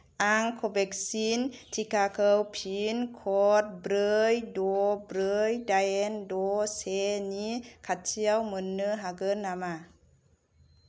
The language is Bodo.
आं कवेक्सिन टिकाखौ पिन क'ड ब्रै द' ब्रै दाइन द' से नि खाथिआव मोन्नो हागोन नामा